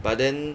but then